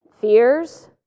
fears